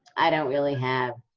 i don't really have